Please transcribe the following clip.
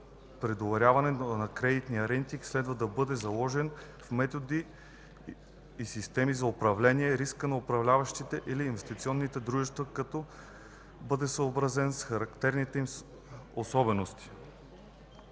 предоверяването на кредитни рейтинга следва да бъде заложен в методите и системите за управление на риска на управляващите или инвестиционните дружества, като бъде съобразен с характерните им особености.